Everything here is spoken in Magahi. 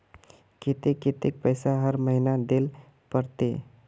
केते कतेक पैसा हर महीना देल पड़ते?